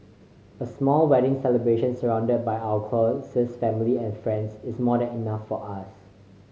a small wedding celebration surrounded by our closest family and friends is more than enough for us